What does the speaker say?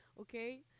okay